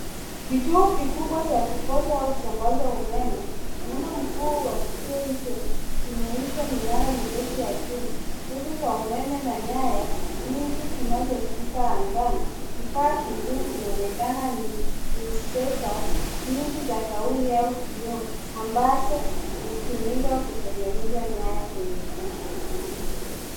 Kituo kikubwa cha kupoza au kusambaza umeme. Muundo mkuu wa kituo hicho inajumuisha minara mirefu ya juu, nguvu za umeme na nyaya nyingi zinazovuka angani. Kifaa kingine kinaonekana ni instratas nyingi za kauli au kioo ambazo hutumika kutengeneza nyaya zenye voltage .